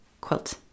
quilt